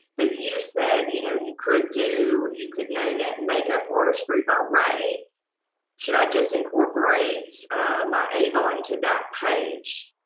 you said, you know, and you could do you could name it makeup order street by race should i just incorporate my avon to that page.